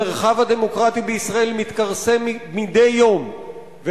המרחב הדמוקרטי בישראל מתכרסם מדי יום,